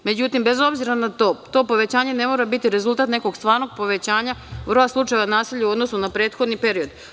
Međutim, bez obzira na to, to povećanje ne mora biti rezultat nekog stvarnog povećanja broja slučajeva nasilja u odnosu na prethodni period.